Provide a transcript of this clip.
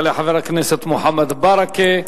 יעלה חבר הכנסת מוחמד ברכה,